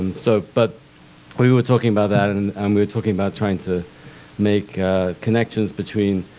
so but we we were talking about that and um we were talking about trying to make connections between